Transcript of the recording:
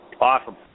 Awesome